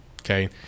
Okay